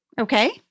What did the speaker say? Okay